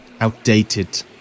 Outdated